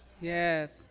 Yes